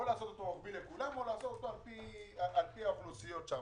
או לעשות אותו רוחבי לכולם או לעשות אותו על פי האוכלוסיות שם.